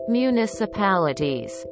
municipalities